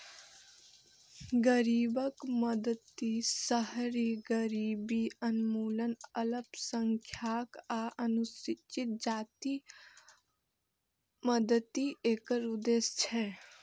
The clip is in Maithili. गरीबक मदति, शहरी गरीबी उन्मूलन, अल्पसंख्यक आ अनुसूचित जातिक मदति एकर उद्देश्य छै